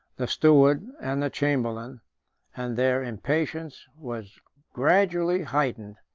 the steward, and the chamberlain and their impatience was gradually heightened,